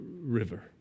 River